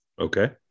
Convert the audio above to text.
Okay